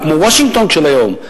כמו וושינגטון של היום.